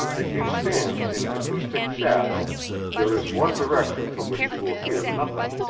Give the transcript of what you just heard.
if you stand in an acoustic shadow there is one direction from which you will hear nothing.